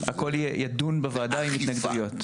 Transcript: הכל ידון בוועדת התנגדויות.